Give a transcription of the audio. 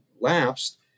lapsed